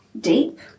deep